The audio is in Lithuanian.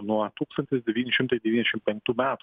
nuo tūkstantis devyni šimtai devyniasdešim penktų metų